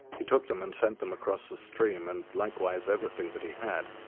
he took them and sent them across the stream, and, likewise, everything that he had.